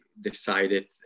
decided